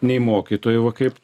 nei mokytojų va kaip